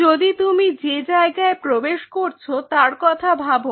যদি তুমি যে জায়গায় প্রবেশ করছো তার কথা ভাবো